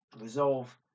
Resolve